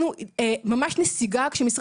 קודם